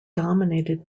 dominated